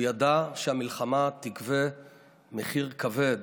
הוא ידע שהמלחמה תגבה מחיר כבד.